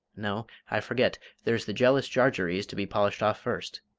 no, i forget there's the jealous jarjarees to be polished off first.